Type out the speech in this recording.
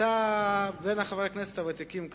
אתה בין חברי הכנסת הוותיקים כאן.